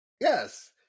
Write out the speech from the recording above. Yes